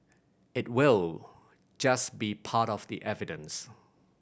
it will just be part of the evidence